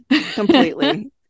Completely